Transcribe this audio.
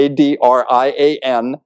Adrian